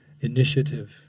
initiative